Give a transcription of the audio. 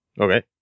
Okay